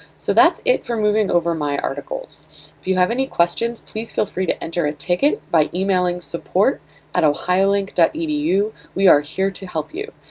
so that's it for moving over my articles. if you have any questions, please feel free to enter a ticket by emailing support at ohiolink dot edu we are here to help you.